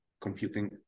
computing